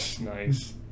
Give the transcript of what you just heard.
Nice